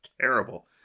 terrible